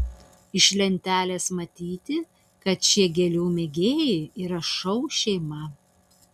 iš lentelės matyti kad šie gėlių mėgėjai yra šou šeima